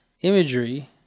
imagery